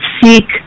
seek